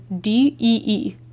d-e-e